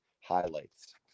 highlights